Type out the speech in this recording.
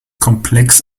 komplex